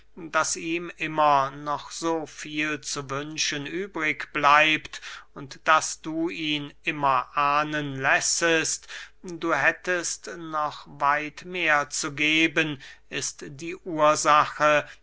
daß ihm immer noch so viel zu wünschen übrig bleibt und daß du ihn immer ahnen lässest du hättest noch weit mehr zu geben ist die ursache